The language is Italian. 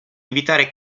invitare